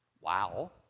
Wow